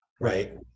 right